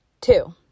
Two